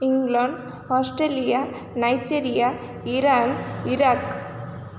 England Australia Nigeria Iran Iraq